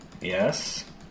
Yes